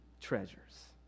treasures